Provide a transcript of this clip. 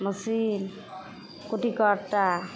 machine कुट्टी कट्टा